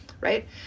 right